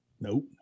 Nope